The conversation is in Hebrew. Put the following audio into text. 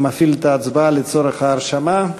אני מפעיל את ההצבעה לצורך ההרשמה.